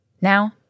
Now